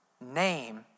name